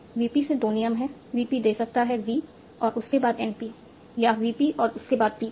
VP से दो नियम हैं VP दे सकता है V और उसके बाद NP या VP और उसके बाद PP